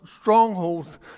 Strongholds